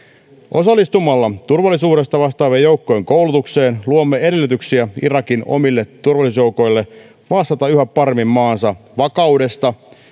osallistumalla turvallisuudesta vastaavien joukkojen koulutukseen luomme edellytyksiä irakin omille turvallisuusjoukoille vastata yhä paremmin maansa vakaudesta